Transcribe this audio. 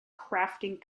crafting